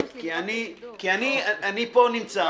אני פה נמצא,